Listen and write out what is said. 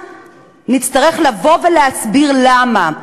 נצטרך לבוא ולהסביר למה.